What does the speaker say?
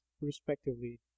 respectively